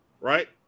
right